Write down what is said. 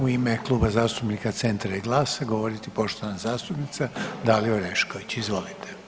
u ime Kluba zastupnika Centra i GLAS-a govoriti poštovana zastupnica Dalija Orešković, izvolite.